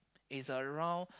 is around